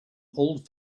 old